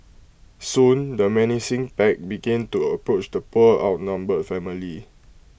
soon the menacing pack began to approach the poor outnumbered family